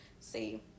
see